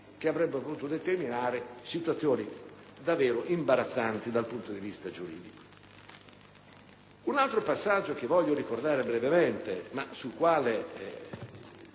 che potrebbero determinare situazioni davvero imbarazzanti dal punto di vista giuridico. Un altro passaggio che voglio ricordare brevemente, ma sul quale